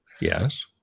Yes